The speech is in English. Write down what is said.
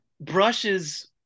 brushes